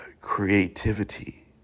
creativity